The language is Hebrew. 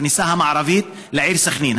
בכניסה המערבית לעיר סח'נין,